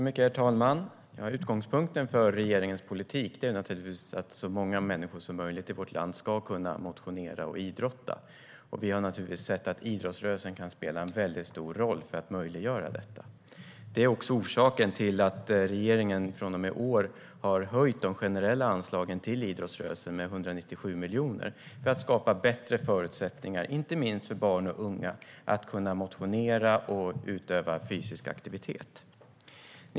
Herr talman! Utgångspunkten för regeringens politik är att så många människor som möjligt i vårt land ska kunna motionera och idrotta. Idrottsrörelsen kan spela stor roll för att möjliggöra detta. Det är också orsaken till att regeringen från och med i år har höjt de generella anslagen till idrottsrörelsen med 197 miljoner, för att skapa bättre förutsättningar, inte minst för barn och unga, att kunna motionera och utöva fysisk aktivitet.